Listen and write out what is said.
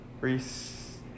Reese